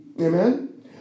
Amen